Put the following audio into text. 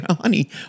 honey